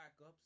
backups